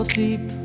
deep